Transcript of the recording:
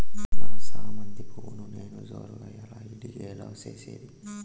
నా చామంతి పువ్వును నేను జోరుగా ఎలా ఇడిగే లో చేసేది?